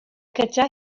gyda